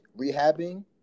rehabbing